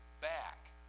back